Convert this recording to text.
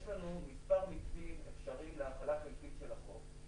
יש לנו מספר מתווים אפשריים להחלה חלקית של החוק.